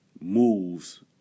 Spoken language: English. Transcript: moves